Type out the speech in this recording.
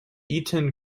eton